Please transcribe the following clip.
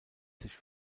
sich